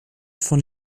von